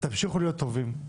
תמשיכו להיות טובים,